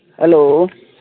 hello